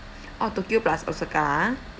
oh tokyo plus osaka ah